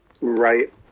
right